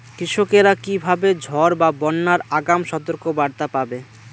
কৃষকেরা কীভাবে ঝড় বা বন্যার আগাম সতর্ক বার্তা পাবে?